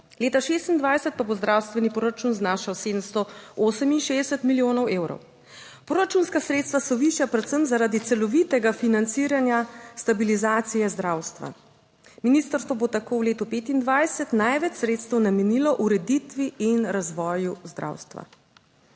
Leta 2026 pa bo zdravstveni proračun znašal 768 milijonov evrov. Proračunska sredstva so višja predvsem zaradi celovitega financiranja stabilizacije zdravstva. Ministrstvo bo tako v letu 2025 največ sredstev namenilo ureditvi in razvoju zdravstva.